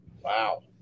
Wow